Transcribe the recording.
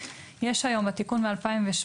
יש את התיקון מ-2017: